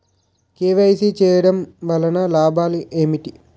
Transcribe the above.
KYC చేయటం వలన లాభాలు ఏమిటి?